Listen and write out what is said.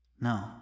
No